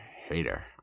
hater